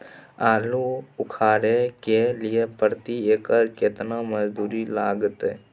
आलू उखारय के लिये प्रति एकर केतना मजदूरी लागते?